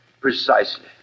Precisely